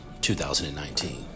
2019